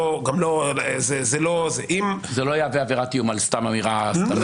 זה לא יהווה עבירת איום על אמירה סתמית.